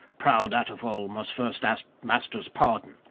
proud atufal must first ask master's pardon.